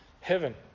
heaven